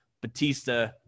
Batista